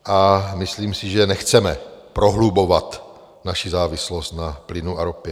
A myslím si, že nechceme prohlubovat naši závislost na plynu a ropě.